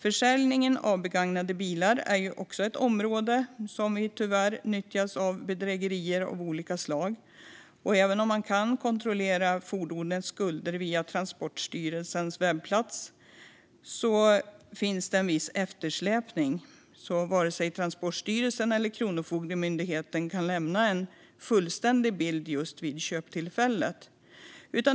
Försäljningen av begagnade bilar är ett område som tyvärr nyttjas för bedrägerier av olika slag. Man kan kontrollera ett fordons skulder via Transportstyrelsens webbplats, men det finns en viss eftersläpning. Varken Transportstyrelsen eller Kronofogdemyndigheten kan därför lämna en fullständig bild just vid köptillfället.